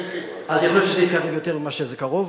אז יכול להיות שזה, יותר ממה שזה קרוב,